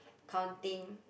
counting